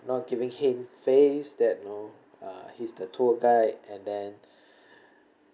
not giving him face that you know uh he's the tour guide and then